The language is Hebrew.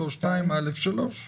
2(ב).